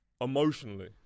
Emotionally